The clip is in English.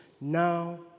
now